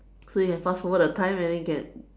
so you can pass over the time and then get